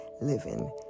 living